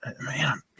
man